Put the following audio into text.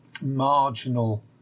Marginal